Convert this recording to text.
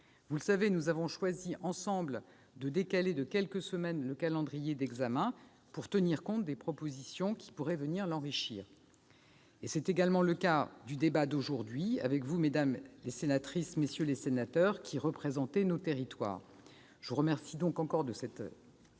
Vous le savez, nous avons choisi ensemble de décaler de quelques semaines le calendrier d'examen de ce projet de loi, pour tenir compte des propositions qui pourraient venir l'enrichir. C'est également le cas du débat d'aujourd'hui, avec vous, mesdames les sénatrices, messieurs les sénateurs, qui représentez nos territoires. Je vous remercie donc une nouvelle fois pour